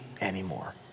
anymore